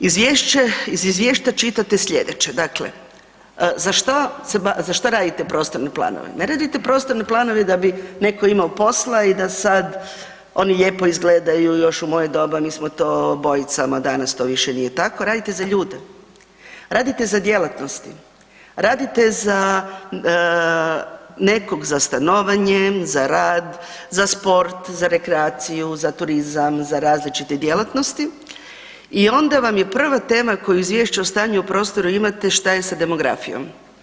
Izvješće, iz izvješća čitate slijedeće, dakle za šta se, za šta radite prostorne planove, ne radite prostorne planove da bi netko imao posla i da sad oni lijepo izgledaju još u moje doba mi smo to bojicama, a danas to više nije tako, radite za ljude, radite za djelatnosti, radite za nekog za stanovanje, za rad, za sport, za rekreaciju, za turizam, za različite djelatnosti i onda vam je prva tema koju u izvješću o stanju o prostoru imate šta je sa demografijom.